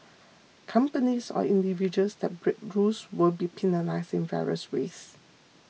companies or individuals that break rules will be penalised in various ways